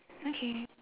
okay